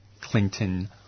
Clinton